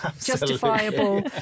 justifiable